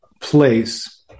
place